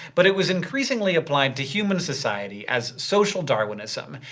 but it was increasingly applied to human society, as social darwinism,